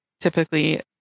typically